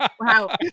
wow